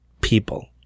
people